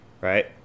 Right